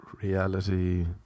reality